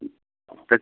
তা